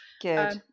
good